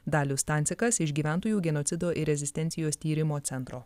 dalius stancikas iš gyventojų genocido ir rezistencijos tyrimo centro